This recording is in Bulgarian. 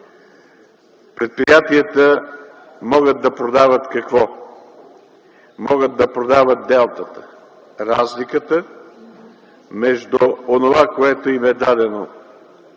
Предприятията могат да продават какво? Те могат да продават делтата – разликата между онова, което им е дадено